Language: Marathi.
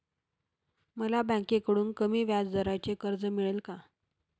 मला बँकेकडून कमी व्याजदराचे कर्ज मिळेल का?